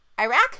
Iraq